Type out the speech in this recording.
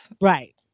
Right